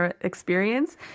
experience